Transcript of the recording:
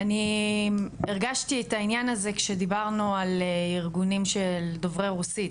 אני הרגשתי את העניין הזה כשדיברנו על ארגונים של דוברי רוסית,